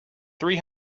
three